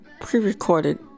pre-recorded